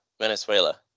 Venezuela